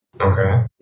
Okay